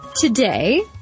today